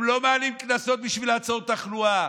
הם לא מעלים קנסות בשביל לעצור תחלואה,